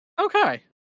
Okay